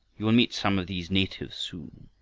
you will meet some of these natives soon.